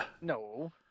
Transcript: no